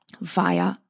via